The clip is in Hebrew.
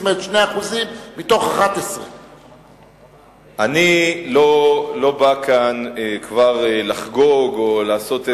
זאת אומרת 2% מתוך 11%. אני לא בא כאן כבר לחגוג או לעשות איזו,